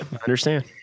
understand